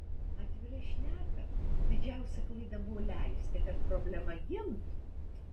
atvirai šnekant didžiausia klaida buvo leisti kad problema gimtų